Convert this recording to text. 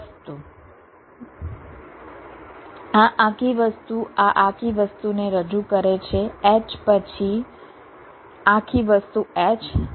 વસ્તુ આ આખી વસ્તુ આ આખી વસ્તુને રજૂ કરે છે H પછી આખી વસ્તુ H